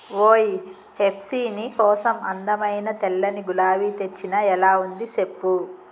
ఓయ్ హెప్సీ నీ కోసం అందమైన తెల్లని గులాబీ తెచ్చిన ఎలా ఉంది సెప్పు